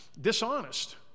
dishonest